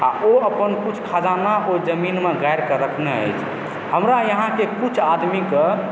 आ ओ अपन कुछ खजाना जमीनमे गारिकेँ रखने अछि हमरा यहाँके किछु आदमी कऽ